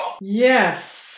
yes